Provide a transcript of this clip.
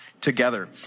together